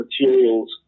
materials